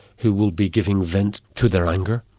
he will be giving vent to their anger.